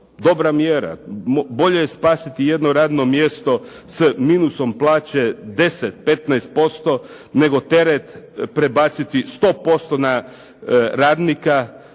dobra mjera. Bolje je spasiti jedno radno mjesto s minusom plaće 10, 15%, nego teret prebaciti 100% na radnika